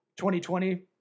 2020